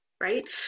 right